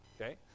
okay